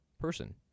person